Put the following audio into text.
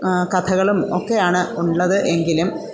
കഥകളും ഒക്കെയാണ് ഉള്ളത് എങ്കിലും